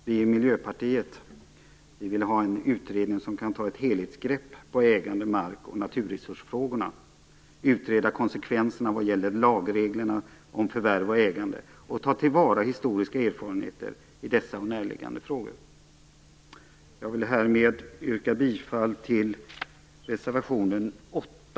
Vi i Miljöpartiet vill ha en utredning som kan ta ett helhetsgrepp på ägande-, mark och naturresursfrågorna, utreda konsekvenserna vad gäller lagreglerna om förvärv och ägande och ta till vara historiska erfarenheter i dessa och närliggande frågor. Jag yrkar härmed bifall till reservation 8.